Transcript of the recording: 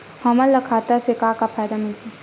हमन ला खाता से का का फ़ायदा मिलही?